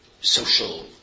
social